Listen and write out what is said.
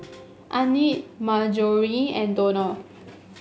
Annette Marjorie and Donald